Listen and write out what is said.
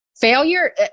failure